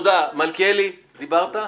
מלכיאלי, דיברת?